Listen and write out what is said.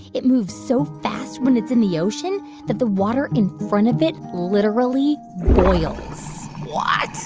it moves so fast when it's in the ocean that the water in front of it literally boils what?